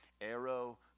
arrow